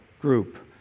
group